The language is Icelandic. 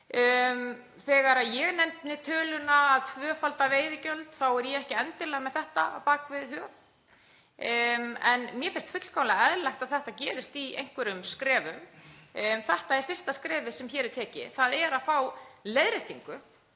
Þegar ég nefni töluna að tvöfalda veiðigjöld þá er ég ekki endilega með þetta á bak við, í huga. Mér finnst fullkomlega eðlilegt að þetta gerist í einhverjum skrefum og þetta er fyrsta skrefið sem hér er tekið. Það er að fá leiðréttingu,